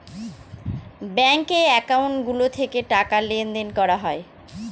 ব্যাঙ্কে একাউন্ট গুলো থেকে টাকা লেনদেন করা হয়